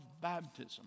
baptism